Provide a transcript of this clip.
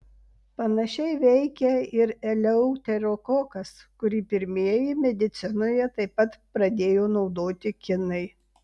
panašiai veikia ir eleuterokokas kurį pirmieji medicinoje taip pat pradėjo naudoti kinai